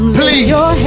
please